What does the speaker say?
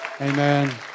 Amen